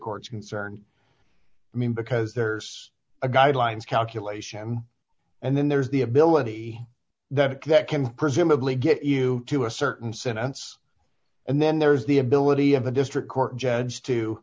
courts concerned me because there's a guidelines calculation and then there's the ability that that can presumably get you to a certain sentence and then there's the ability of the district court judge to